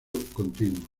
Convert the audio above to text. continuo